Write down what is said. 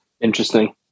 Interesting